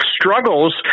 struggles